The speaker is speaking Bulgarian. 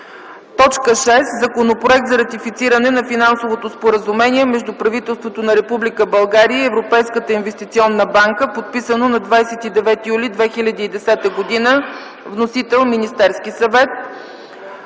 Точка 6 – Законопроект за ратифициране на Финансовото споразумение между правителството на Република България и Европейската инвестиционна банка, подписано на 29 юли 2010 г. Вносител: Министерският съвет;